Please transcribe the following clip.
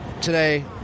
today